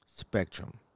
spectrum